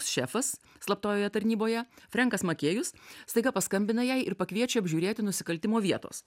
šefas slaptojoje tarnyboje frenkas makėjus staiga paskambina jai ir pakviečia apžiūrėti nusikaltimo vietos